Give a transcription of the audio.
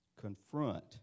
confront